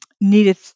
needed